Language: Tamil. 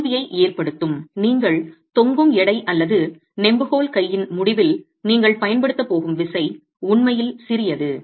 தோல்வியை ஏற்படுத்தும் நீங்கள் தொங்கும் எடை அல்லது நெம்புகோல் கையின் முடிவில் நீங்கள் பயன்படுத்தப் போகும் விசை உண்மையில் சிறியது